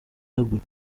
yeguye